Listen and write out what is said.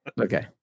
Okay